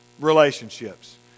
relationships